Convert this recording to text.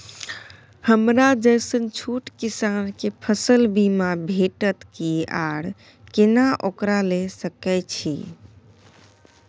हमरा जैसन छोट किसान के फसल बीमा भेटत कि आर केना ओकरा लैय सकैय छि?